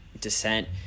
descent